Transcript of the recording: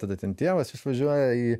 tada ten tėvas išvažiuoja į